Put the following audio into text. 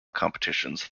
competitions